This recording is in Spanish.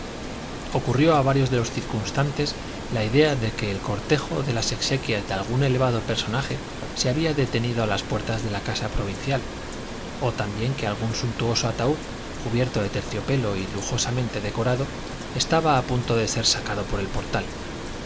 ocurrió a varios de los circunstantes la idea de que el cortejo de las exequias de algún elevado personaje se había detenido a las puertas de la casa provincial o también que algún suntuoso ataúd cubierto de terciopelo y lujosamente decorado estaba a punto de ser sacado por el portal